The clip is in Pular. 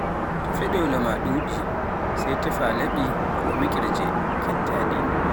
To feɗolo maa ɗuɗi sai tefaa laɓi ko mekerje kette ɗi.